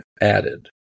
added